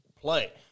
play